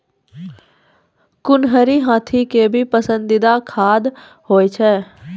कुनरी हाथी के भी पसंदीदा खाद्य होय छै